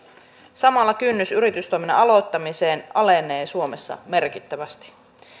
samalla kynnys yritystoiminnan aloittamiseen alenee suomessa merkittävästi